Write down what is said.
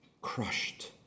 crushed